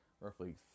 roughly